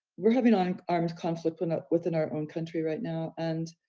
we're having um like armed conflict but within our own country right now. and,